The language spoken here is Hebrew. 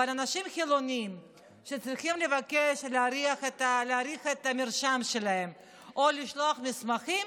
אבל אנשים חילונים שצריכים לבקש להאריך את המרשם שלהם או לשלוח מסמכים,